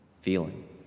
feeling